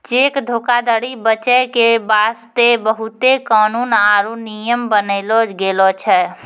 cheque धोखाधरी बचै के बास्ते बहुते कानून आरु नियम बनैलो गेलो छै